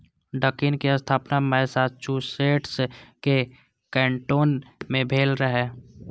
Dunkin के स्थापना Massachusetts के कैन्टोन मे भेल रहै